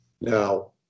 Now